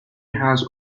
has